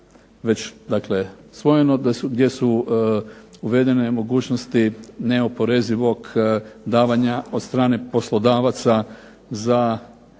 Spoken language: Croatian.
već dakle usvojeno da su, gdje su uvedene mogućnosti neoporezivog davanja od strane poslodavaca za